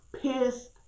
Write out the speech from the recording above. pissed